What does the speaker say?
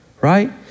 right